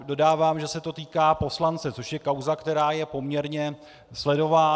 Dodávám, že se to týká poslance, což je kauza, která je poměrně sledovaná.